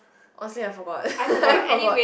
honestly I forgot I forgot